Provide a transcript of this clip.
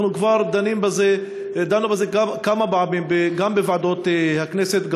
כבר דנו בזה כמה פעמים גם בוועדות הכנסת,